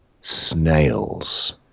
snails